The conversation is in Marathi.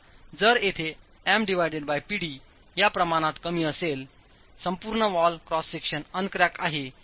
तर जर येथे MPd या प्रमाणात कमी असेलसंपूर्ण वॉल क्रॉस सेक्शन अन क्रॅक आहे